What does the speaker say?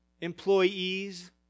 employees